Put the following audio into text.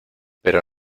pero